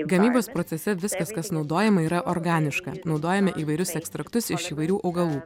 gamybos procese viskas kas naudojama yra organiška naudojame įvairius ekstraktus iš įvairių augalų